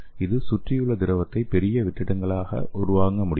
இது சுற்றியுள்ள திரவத்தை பெரிய வெற்றிடங்களாக உள்வாங்க முடியும்